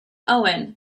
owen